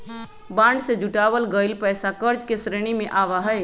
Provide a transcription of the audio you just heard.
bond से जुटावल गइल पैसा कर्ज के श्रेणी में आवा हई